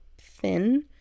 thin